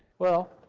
well,